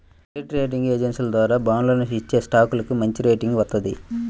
credit rating ఏజెన్సీల ద్వారా బాండ్లను ఇచ్చేస్టాక్లకు మంచిరేటింగ్ వత్తది